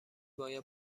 باید